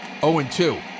0-2